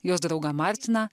jos draugą martiną